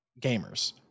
gamers